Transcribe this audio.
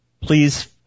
please